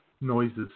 noises